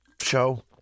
show